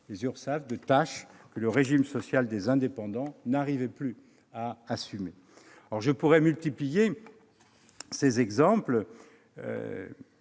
les Urssaf, de tâches que le régime social des indépendants n'arrivait plus à assumer. Je pourrais multiplier les exemples,